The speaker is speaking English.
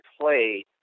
play